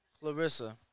Clarissa